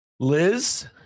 Liz